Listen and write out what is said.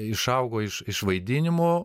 išaugo iš iš vaidinimų